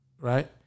right